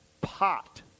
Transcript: pot